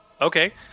Okay